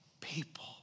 people